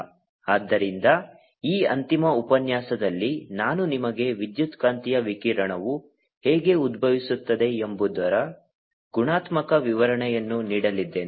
ಆದ್ದರಿಂದ ಈ ಅಂತಿಮ ಉಪನ್ಯಾಸದಲ್ಲಿ ನಾನು ನಿಮಗೆ ವಿದ್ಯುತ್ಕಾಂತೀಯ ವಿಕಿರಣವು ಹೇಗೆ ಉದ್ಭವಿಸುತ್ತದೆ ಎಂಬುದರ ಗುಣಾತ್ಮಕ ವಿವರಣೆಯನ್ನು ನೀಡಲಿದ್ದೇನೆ